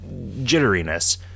jitteriness